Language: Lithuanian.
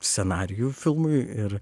scenarijų filmui ir